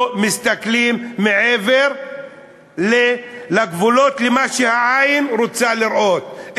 מסתכלים מעבר לגבולות שהעין רוצה לראות,